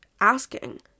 asking